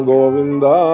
Govinda